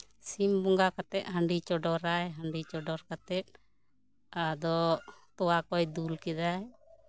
ᱥᱤᱢ ᱵᱚᱸᱜᱟ ᱠᱟᱛᱮᱜ ᱦᱟᱺᱰᱤ ᱪᱚᱰᱚᱨᱟᱭ ᱦᱟᱹᱰᱤ ᱪᱚᱰᱚᱨ ᱠᱟᱛᱮᱜ ᱟᱫᱚ ᱛᱚᱣᱟ ᱠᱚᱭ ᱫᱩᱞ ᱠᱮᱫᱟᱭ